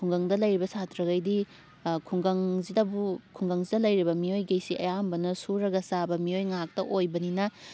ꯈꯨꯡꯒꯪꯗ ꯂꯩꯔꯤꯕ ꯁꯥꯇ꯭ꯔꯒꯩꯗꯤ ꯈꯨꯡꯒꯪꯁꯤꯗꯕꯨ ꯈꯨꯡꯒꯪꯁꯤꯗ ꯂꯩꯔꯤꯕ ꯃꯤꯑꯣꯏꯈꯩꯁꯤ ꯑꯌꯥꯝꯕꯅ ꯁꯨꯔꯒ ꯆꯥꯕ ꯃꯤꯑꯣꯏ ꯉꯥꯛꯇ ꯑꯣꯏꯕꯅꯤꯅ